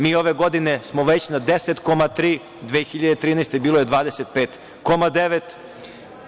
Mi ove godine smo već na 10,3%, 2013. godine bilo je 25,9%